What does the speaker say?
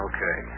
Okay